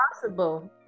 possible